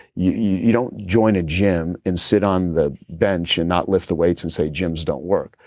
you don't join a gym and sit on the bench and not lift the weights and say gyms don't work.